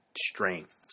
strength